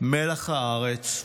מלח הארץ,